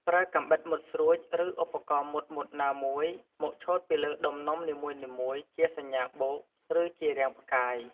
ប្រើកាំបិតមុតស្រួច ឬឧបករណ៍មុតៗណាមួយ មកឆូតពីលើដុំនំនីមួយៗជាសញ្ញាបូក ឬជារាងផ្កាយ។